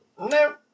No